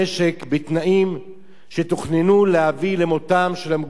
בתנאים שתוכננו להביא למותם של המגורשים.